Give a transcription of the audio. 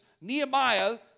Nehemiah